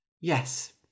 Yes